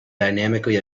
dynamically